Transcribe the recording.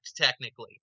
technically